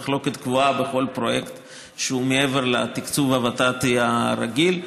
זו מחלוקת קבועה בכל פרויקט שהוא מעבר לתקצוב הוות"תי הרגיל.